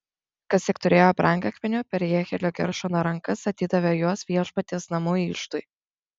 kas tik turėjo brangakmenių per jehielio geršono rankas atidavė juos viešpaties namų iždui